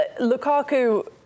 Lukaku